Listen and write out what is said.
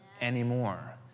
anymore